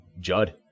Judd